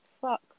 Fuck